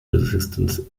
resistance